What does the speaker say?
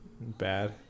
Bad